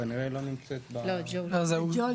ג'ואל